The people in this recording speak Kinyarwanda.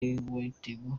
mitego